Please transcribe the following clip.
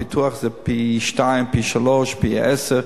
הפיתוח זה פי-שניים, פי-שלושה, פי-עשרה,